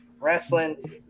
wrestling